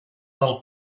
del